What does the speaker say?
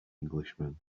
englishman